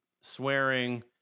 swearing